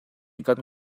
kan